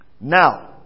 Now